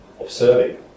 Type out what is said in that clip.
observing